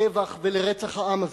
לטבח ולרצח העם הזה,